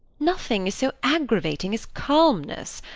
nothing is so aggravating as calmness.